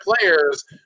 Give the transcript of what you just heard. players